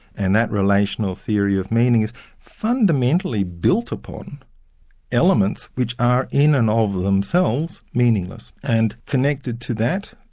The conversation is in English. and that relational theory of meaning is fundamentally built upon elements which are in and of themselves meaningless. and connected to that,